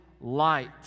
light